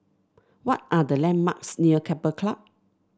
what are the landmarks near Keppel Club